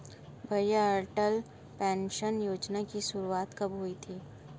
भैया अटल पेंशन योजना की शुरुआत कब हुई थी?